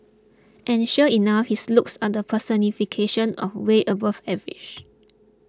and sure enough his looks are the personification of way above average